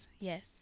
Yes